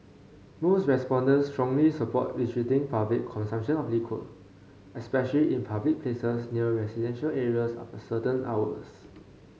most respondents strongly support restricting public consumption of liquor especially in public places near residential areas after certain hours